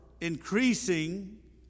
increasing